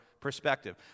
perspective